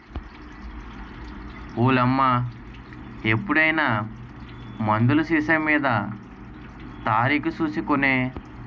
ఓలమ్మా ఎప్పుడైనా మందులు సీసామీద తారీకు సూసి కొనే